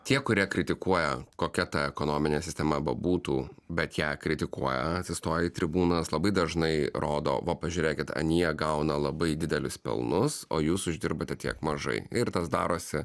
tie kurie kritikuoja kokia ta ekonominė sistema ba būtų bet ją kritikuoja atsistoję į tribūnas labai dažnai rodo va pažiūrėkit anie gauna labai didelius pelnus o jūs uždirbate tiek mažai ir tas darosi